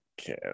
Okay